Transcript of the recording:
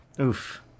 Oof